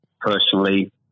personally